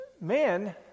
man